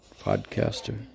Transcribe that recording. podcaster